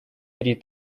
три